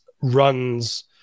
runs